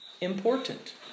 important